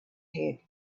head